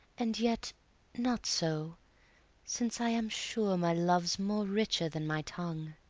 and yet not so since, i am sure, my love's more richer than my tongue.